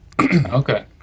Okay